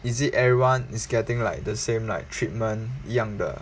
is it everyone is getting like the same like treatment 一样的